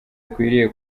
akwiriye